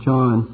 John